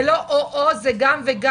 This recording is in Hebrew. זה לא או-או, זה גם וגם.